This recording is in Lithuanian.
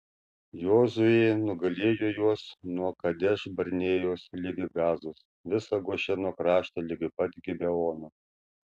jozuė nugalėjo juos nuo kadeš barnėjos ligi gazos visą gošeno kraštą ligi pat gibeono